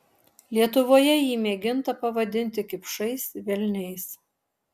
lietuvoje jį mėginta pavadinti kipšais velniais